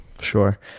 sure